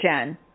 Jen